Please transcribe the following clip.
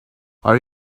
are